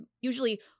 usually